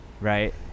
right